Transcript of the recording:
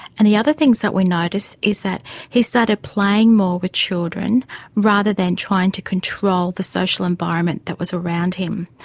and the other things that we noticed is that he started playing more with children rather than trying to control the social environment that was around him.